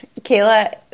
Kayla